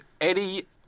Eddie